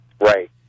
Right